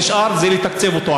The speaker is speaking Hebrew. ונשאר לתקצב אותו.